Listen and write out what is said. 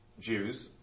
Jews